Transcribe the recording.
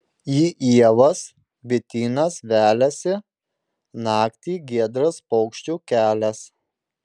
į ievas bitynas veliasi naktį giedras paukščių kelias